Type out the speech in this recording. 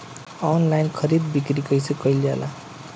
Online खरीद बिक्री कइसे कइल जाला?